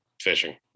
fishing